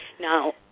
Now